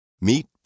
Meet